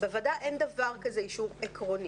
בוועדה אין דבר כזה אישור עקרוני,